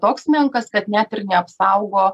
toks menkas kad net ir neapsaugo